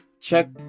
check